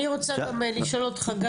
אני רוצה לשאול אותך גם